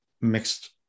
mixed